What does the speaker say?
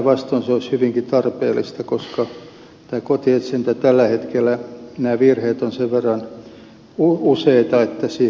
se olisi hyvinkin tarpeellista koska kotietsinnässä tällä hetkellä virheet ovat sen verran yleisiä että siihen pitää puuttua